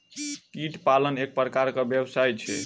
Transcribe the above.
कीट पालन एक प्रकारक व्यवसाय छै